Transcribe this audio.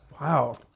wow